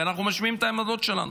ואנחנו משמיעים את העמדות שלנו.